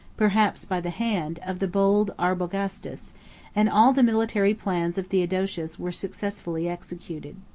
perhaps by the hand, of the bold arbogastes and all the military plans of theodosius were successfully executed.